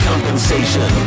Compensation